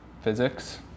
physics